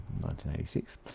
1986